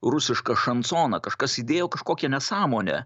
rusišką šansoną kažkas įdėjo kažkokią nesąmonę